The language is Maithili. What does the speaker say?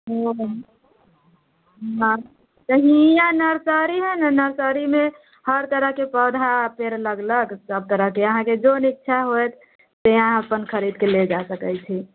हँ नर्सरी हय ने नर्सरीमे हर तरहकेँ पौधा पेड़ लगलक सभ तरहकेँ अहाँके जौन इच्छा होएत से अहाँ अपन खरीदके ले जा सकैत छी